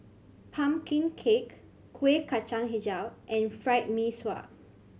pumpkin cake Kueh Kacang Hijau and Fried Mee Sua